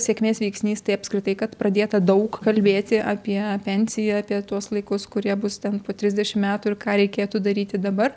sėkmės veiksnys tai apskritai kad pradėta daug kalbėti apie pensiją apie tuos laikus kurie bus ten po trisdešim metų ir ką reikėtų daryti dabar